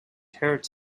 hurt